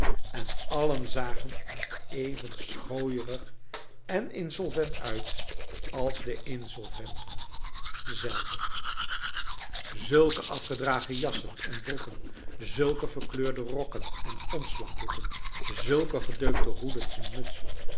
en alien zagen er even schooierig en insolvent uit als de insolventen zelve zulke afgedragen jassen en broeken zulke verkleurde rokken en omslagdoeken zulke gedetikto hoeden en mutsen